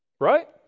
Right